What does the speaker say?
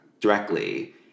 directly